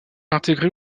intégré